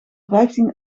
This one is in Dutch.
vijftien